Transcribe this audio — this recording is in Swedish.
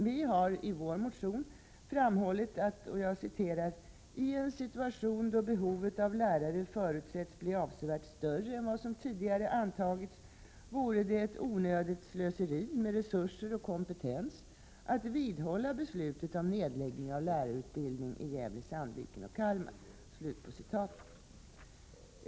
Vi har i vår motion framhållit att ”i en situation, då behovet av lärare förutsätts bli avsevärt större än vad som tidigare antagits, vore det ett onödigt slöseri med resurser och kompetens att vidhålla beslutet om nedläggning av lärarutbildningen i Gävle/Sandviken och Kalmar”.